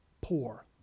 poor